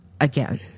again